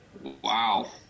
wow